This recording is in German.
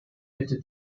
bitte